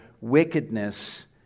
wickedness